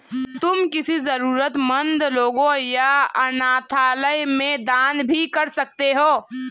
तुम किसी जरूरतमन्द लोगों या अनाथालय में दान भी कर सकते हो